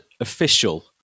official